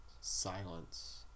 silence